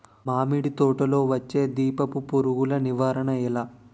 మామిడి తోటలో వచ్చే దీపపు పురుగుల నివారణ ఎలా?